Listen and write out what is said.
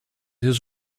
his